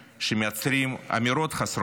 שמייצרים אמירות חסרות אחריות.